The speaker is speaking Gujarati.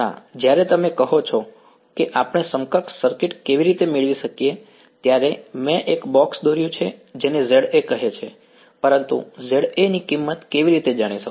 ના જ્યારે તમે કહો છો કે આપણે સમકક્ષ સર્કિટ કેવી રીતે મેળવી શકીએ ત્યારે મેં એક બોક્સ દોર્યું છે જેને Za કહે છે પરંતુ હું Za ની કિંમત કેવી રીતે જાણી શકું